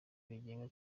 rigenga